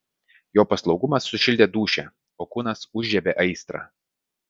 jo paslaugumas sušildė dūšią o kūnas užžiebė aistrą